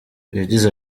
yagize